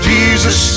Jesus